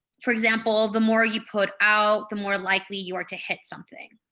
for example, the more you put out, the more likely you are to hit something.